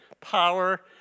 power